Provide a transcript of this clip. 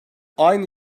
aynı